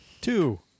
Two